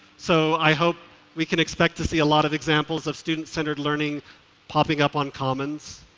so i hope we can expect to see a lot of examples of student-centered learning popping up on commons,